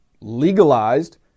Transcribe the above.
legalized